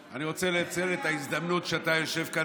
אני רוצה לנצל את ההזדמנות שאתה יושב כאן,